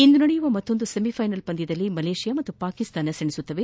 ಇಂದು ನಡೆಯುವ ಮತ್ತೊಂದು ಸೆಮಿಫೈನಲ್ ಪಂದ್ಯದಲ್ಲಿ ಮಲೇಷಿಯಾ ಮತ್ತು ಪಾಕಿಸ್ತಾನ ಸೆಣಸಲಿದೆ